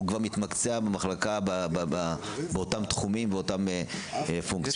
הוא כבר מתמקצע במחלקה באותם תחומים ופונקציות.